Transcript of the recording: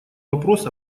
вопрос